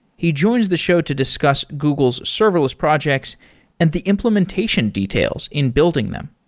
he joins the show to discuss google's serverless projects and the implementation details in building them.